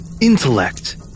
intellect